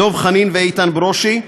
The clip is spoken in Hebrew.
דב חנין ואיתן ברושי.